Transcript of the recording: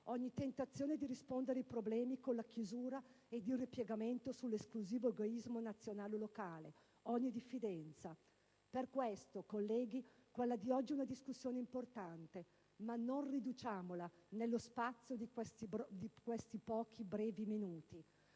ogni tentazione di rispondere ai problemi con la chiusura ed il ripiegamento sull'esclusivo egoismo nazionale o locale, ogni diffidenza. Per questo, colleghi, quella di oggi è una discussione importante, ma non riduciamola allo spazio di questi pochi brevi minuti: